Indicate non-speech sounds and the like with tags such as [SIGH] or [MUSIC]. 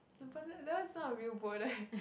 but then that one is not a real boat right [LAUGHS]